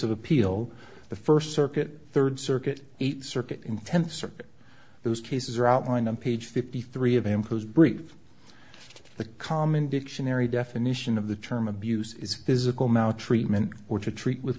of appeal the first circuit third circuit eighth circuit in tenth circuit those cases are outlined on page fifty three of em whose brief the common dictionary definition of the term abuse is physical mouth treatment or to treat with